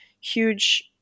huge